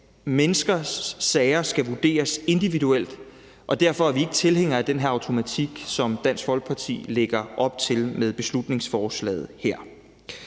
menneskers sager skal vurderes individuelt, og derfor er vi ikke tilhængere af den her automatik, som Dansk Folkeparti lægger op til med beslutningsforslaget her.